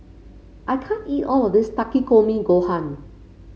I can't eat all of this Takikomi Gohan